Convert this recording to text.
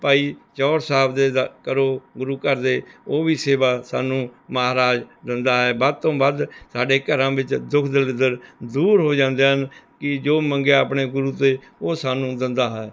ਭਾਈ ਚੌਲ਼ ਸਾਹਿਬ ਦੇ ਦ ਕਰੋ ਗੁਰੂ ਘਰ ਦੇ ਉਹ ਵੀ ਸੇਵਾ ਸਾਨੂੰ ਮਹਾਰਾਜ ਦਿੰਦਾ ਹੈ ਵੱਧ ਤੋਂ ਵੱਧ ਸਾਡੇ ਘਰਾਂ ਵਿੱਚ ਦੁੱਖ ਦਲਿੱਦਰ ਦੂਰ ਹੋ ਜਾਂਦੇ ਹਨ ਕਿ ਜੋ ਮੰਗਿਆ ਆਪਣੇ ਗੁਰੂ ਤੋਂ ਉਹ ਸਾਨੂੰ ਦਿੰਦਾ ਹੈ